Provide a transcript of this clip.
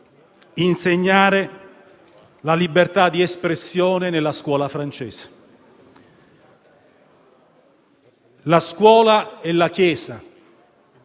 insegnare la libertà di espressione nella scuola francese. La scuola e la chiesa,